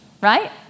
right